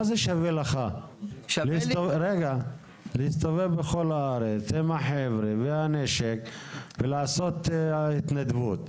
מה זה שווה לך להסתובב בכל הארץ עם החבר'ה והנשק ולעשות התנדבת?